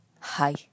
Hi